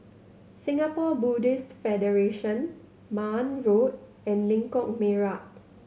Singapore Buddhist Federation Marne Road and Lengkok Merak